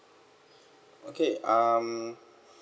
okay um